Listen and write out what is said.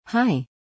Hi